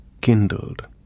kindled